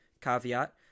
caveat